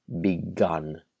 begun